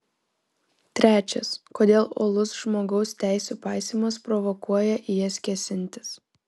trečias kodėl uolus žmogaus teisių paisymas provokuoja į jas kėsintis